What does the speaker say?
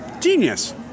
genius